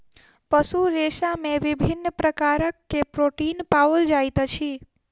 पशु रेशा में विभिन्न प्रकार के प्रोटीन पाओल जाइत अछि